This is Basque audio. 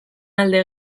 alde